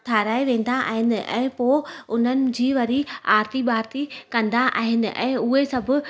ठाहिराए वेंदा आहिनि ऐं पोइ उन्हनि जी वरी आरती बारती कंदा आहिनि ऐं उहे सभु